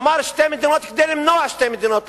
אמר שתי מדינות כדי למנוע שתי מדינות,